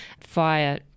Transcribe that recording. fire